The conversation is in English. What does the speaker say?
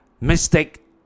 mistake